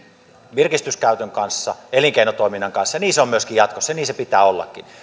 virkistyskäytön kanssa elinkeinotoiminnan kanssa ja niin se on myöskin jatkossa ja niin sen pitää ollakin